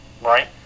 right